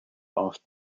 off